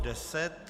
10.